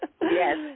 yes